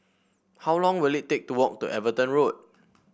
how long will it take to walk to Everton Road